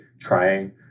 trying